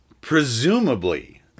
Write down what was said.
Presumably